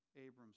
Abram's